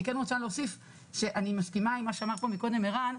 אני מסכימה עם מה שאמר פה קודם ערן,